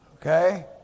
Okay